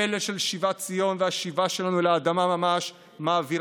הפלא של שיבת ציון והשיבה שלנו לאדמה ממש מעביר